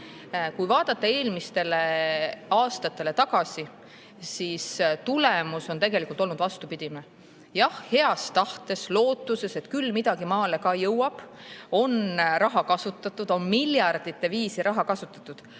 Kui vaadata eelmistele aastatele tagasi, siis tulemus on olnud vastupidine. Jah, heas tahtes, lootuses, et küll midagi maale ka jõuab, on raha kasutatud, on miljardite viisi raha kasutatud,